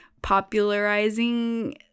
popularizing